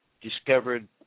discovered